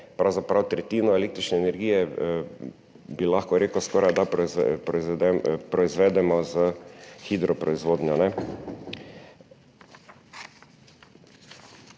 pravzaprav tretjino električne energije, bi lahko rekel, skorajda proizvedemo s hidroproizvodnjo.